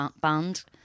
band